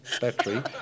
battery